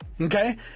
Okay